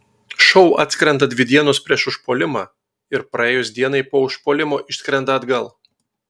šou atskrenda dvi dienos prieš užpuolimą ir praėjus dienai po užpuolimo išskrenda atgal